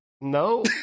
No